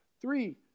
three